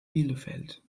bielefeld